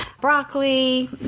broccoli